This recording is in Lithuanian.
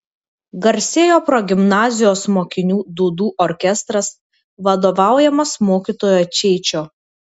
garsėjo progimnazijos mokinių dūdų orkestras vadovaujamas mokytojo čeičio